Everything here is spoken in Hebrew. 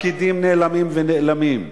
הפקידים נאלמים ונעלמים.